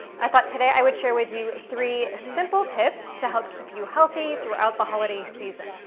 i thought today i would share with you three simple tips to help keep you healthy throughout the holiday season.